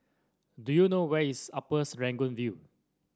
do you know where is Upper Serangoon View